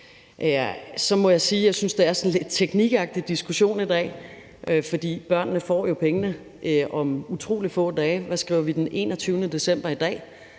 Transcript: jeg synes, det er sådan en lidt teknikagtig diskussion i dag, fordi børnene jo får pengene om utrolig få dage. Hvad skriver vi? Den 21. december i dag,